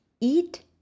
eat